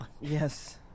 Yes